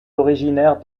originaire